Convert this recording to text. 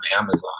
Amazon